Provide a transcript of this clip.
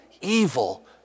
evil